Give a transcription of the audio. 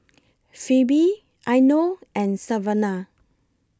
Phebe Eino and Savanah